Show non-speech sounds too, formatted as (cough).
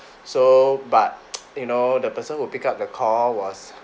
so but (noise) you know the person who pick up the call was